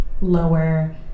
lower